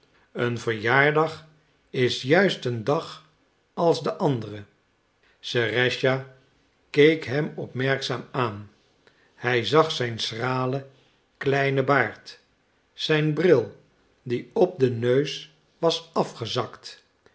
een verjaardag is juist een dag als de andere serëscha keek hem opmerkzaam aan hij zag zijn schralen kleinen baard zijn bril die op den neus was afgezakt